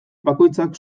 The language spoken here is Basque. bakoitzak